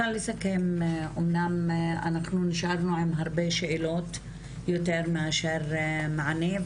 אמנם נשארנו עם הרבה שאלות, יותר מאשר מענים.